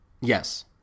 Yes